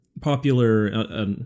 popular